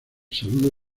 saludo